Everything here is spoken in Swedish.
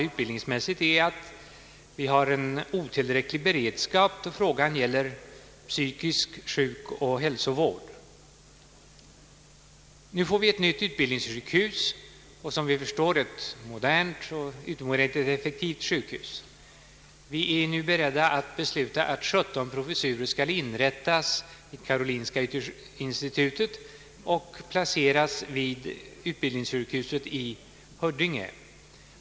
Följden är att vi har en otillräcklig beredskap i fråga om psykisk hälsooch sjukvård. Nu får vi ett nytt modernt och effektivt utbildningssjukhus. Vi är beredda att inrätta 17 professurer vid Karolinska institutet som skall placeras vid utbildningssjukhuset i Huddinge.